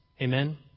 Amen